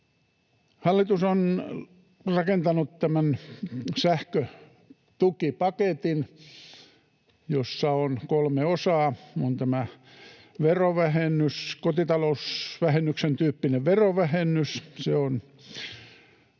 Hallitus on rakentanut tämän sähkötukipaketin, jossa on kolme osaa. On tämä verovähennys, kotitalousvähennyksen tyyppinen verovähennys. Se on